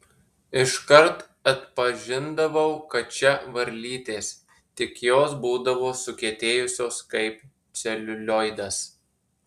iškart atpažindavau kad čia varlytės tik jos būdavo sukietėjusios kaip celiulioidas